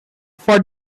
for